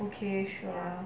okay sure